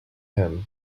him